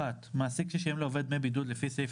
"(2)מעסיק ששילם לעובד דמי בידוד לפי סעיף